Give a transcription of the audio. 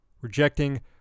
Rejecting